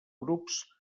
grups